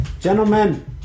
gentlemen